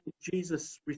jesus